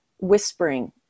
whispering